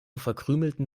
verkrümelten